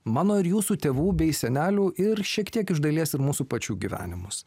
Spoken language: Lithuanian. mano ir jūsų tėvų bei senelių ir šiek tiek iš dalies ir mūsų pačių gyvenimus